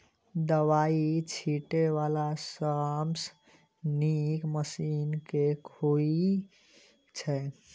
दवाई छीटै वला सबसँ नीक मशीन केँ होइ छै?